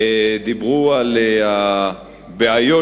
דיברו על הבעיות,